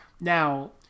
Now